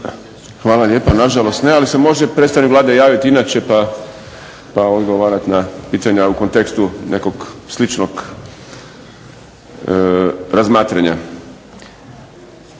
Hvala lijepa. Nažalost ne, ali se može predstavnik Vlade javit inače pa odgovarat na pitanja u kontekstu nekog sličnog razmatranja.